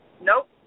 Nope